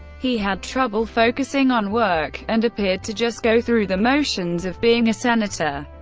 he had trouble focusing on work, and appeared to just go through the motions of being a senator.